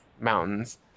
mountains